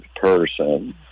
person